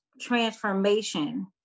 transformation